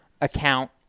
account